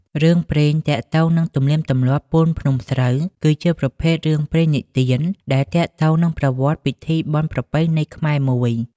រឿងព្រេងទាក់ទងនឹងទំនៀមពូនភ្នំស្រូវ គឺជាប្រភេទ រឿងព្រេងនិទាន ដែលទាក់ទងនឹងប្រវត្តិពិធីបុណ្យប្រពៃណីខ្មែរមួយ។